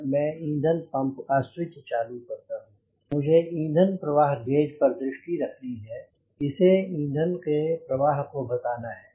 और मैं ईंधन पंप का स्विच चालू करता हूँ मुझे ईंधन प्रवाह गेज पर दृष्टि रखनी है इसे ईंधन के प्रवाह को बताना है